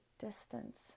distance